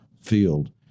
field